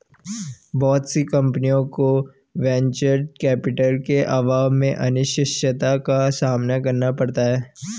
बहुत सी कम्पनियों को वेंचर कैपिटल के अभाव में अनिश्चितता का सामना करना पड़ता है